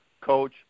Coach